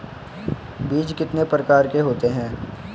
बीज कितने प्रकार के होते हैं?